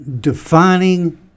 defining